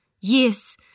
Yes